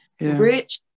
rich